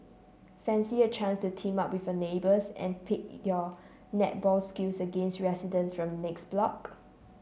fancy a chance to team up with your neighbours and pit your netball skills against residents from the next block